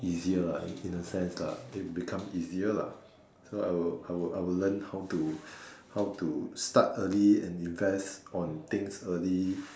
easier lah in a sense lah it become easier lah so I will I will I will learn how to how to start early and invest on things early